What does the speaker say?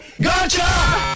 gotcha